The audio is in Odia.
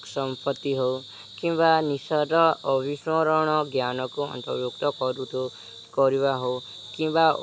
ସମ୍ପତ୍ତି ହଉ କିମ୍ବା ନିଜର ଅଭିସ୍ମରଣ ଜ୍ଞାନକୁ ଅନ୍ତର୍ଭୁକ୍ତ କରିବା ହଉ କିମ୍ବା